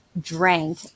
drank